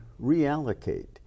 reallocate